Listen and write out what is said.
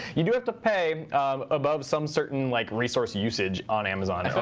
you do have to pay above some certain like resource usage on amazon.